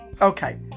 Okay